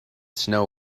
snow